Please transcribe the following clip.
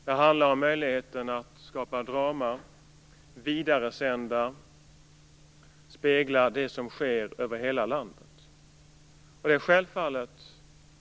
Det handlar om möjligheten att skapa drama, vidaresända och spegla det som sker över hela landet.